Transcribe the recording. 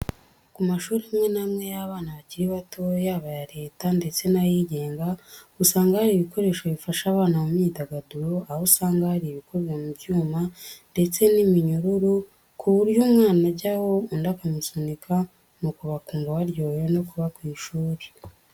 Ku mashuri amwe n'amwe y'abana bakiri bato, yaba aya Leta ndetse n'ayigenga, usanga hari ibikoresho bifasha abana mu myidagaduro, aho usanga hari ibikoze mu byuma ndetse n'iminyururu ku buryo umwana ajyaho undi akamusunika, nuko bakumva baryohewe no kuba ku ishuri.